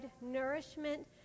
nourishment